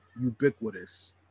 ubiquitous